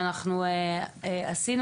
שאנחנו עשינו,